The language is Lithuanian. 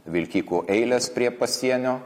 vilkikų eilės prie pasienio